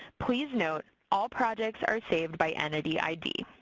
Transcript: please note, all projects are saved by entity id.